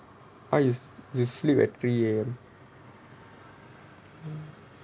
!huh! you you sleep at three A_M